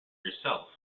yourself